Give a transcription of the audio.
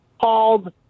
called